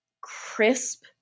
crisp